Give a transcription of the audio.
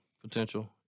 potential